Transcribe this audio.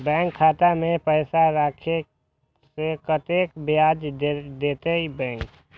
Bank खाता में पैसा राखे से कतेक ब्याज देते बैंक?